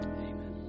Amen